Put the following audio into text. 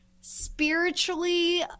spiritually